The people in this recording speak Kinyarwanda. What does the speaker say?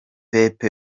pep